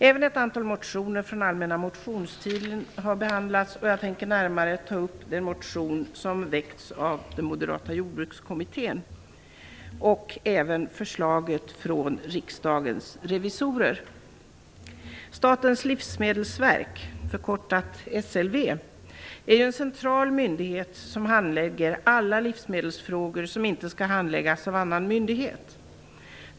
Även ett antal motioner från allmänna motionstiden har behandlats, och jag tänker närmare ta upp den motion som väckts av den moderata jordbrukskommittén och även förslaget från Riksdagens revisorer. Statens livsmedelsverk - SLV - är en central myndighet som handlägger alla livsmedelsfrågor som inte skall handläggas av annan myndighet.